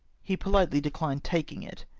he politely de clined taking it,